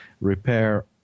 repair